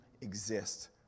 exist